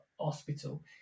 hospital